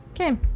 Okay